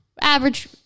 average